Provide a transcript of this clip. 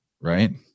right